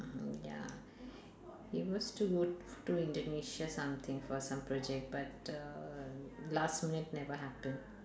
um ya he was to go to Indonesia something for some project but uh last minute never happen